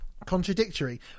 contradictory